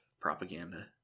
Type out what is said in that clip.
propaganda